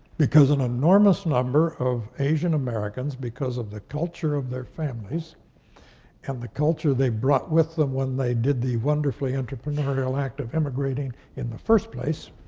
because an enormous number of asian americans, because of the culture of their families and the culture they brought with them when they did the wonderfully entrepreneurial act of immigrating in the first place,